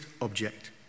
object